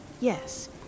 Yes